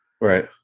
Right